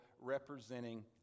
representing